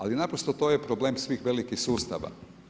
Ali, naprosto, to je problem svih velikih sustava.